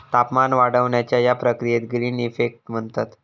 तापमान वाढण्याच्या या प्रक्रियेक ग्रीन इफेक्ट म्हणतत